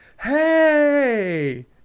Hey